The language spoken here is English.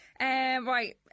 Right